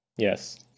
Yes